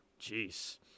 Jeez